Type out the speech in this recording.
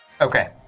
Okay